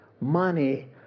money